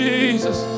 Jesus